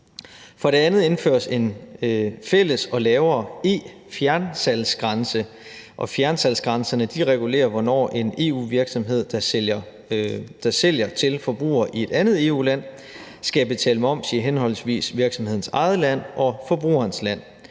For det andet indføres en fælles og lavere e-fjernsalgsgrænse, og fjernsalgsgrænserne regulerer, hvornår en EU-virksomhed, der sælger til forbrugere i et andet EU-land, skal betale moms i henholdsvis virksomhedens eget land og forbrugerens land.